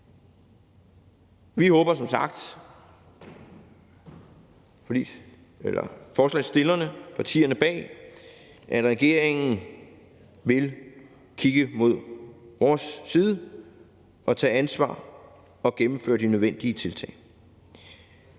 håber som sagt, at regeringen vil kigge til vores side og tage ansvar og gennemføre de nødvendige tiltag.